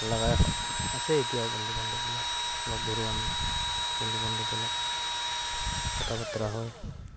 লাগাই আছে এতিয়াও বন্ধু বান্ধৱবিলাক লগ ধৰোঁ আমি বন্ধু বান্ধৱবিলাক কথা বাতৰা হয়